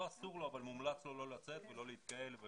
לא אסור לו, אבל מומלץ לו לא לצאת ולא להתקהל.